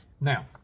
Now